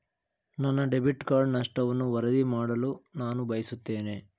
ನನ್ನ debit card ನಷ್ಟವನ್ನು ವರದಿ ಮಾಡಲು ನಾನು ಬಯಸುತ್ತೇನೆ